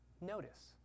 notice